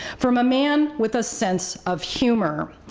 from a man with a sense of humor,